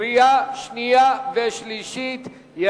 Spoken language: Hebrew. קריאה שנייה וקריאה שלישית.